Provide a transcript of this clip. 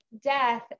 death